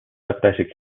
athletics